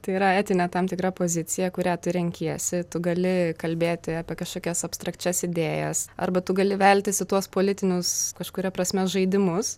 tai yra etinė tam tikra pozicija kurią tu renkiesi tu gali kalbėti apie kažkokias abstrakčias idėjas arba tu gali veltis į tuos politinius kažkuria prasme žaidimus